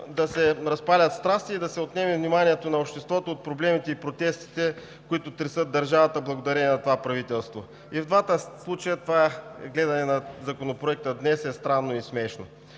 да се разпалят страсти и да се отнеме вниманието на обществото от проблемите и протестите, които тресат държавата, благодарение на това правителство. И в двата случая това гледане на Законопроекта днес е странно и смешно.